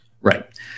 Right